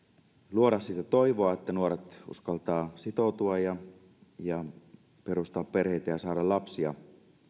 luoda sitä toivoa että nuoret uskaltavat sitoutua ja ja perustaa perheitä ja saada lapsia